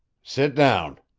sit down,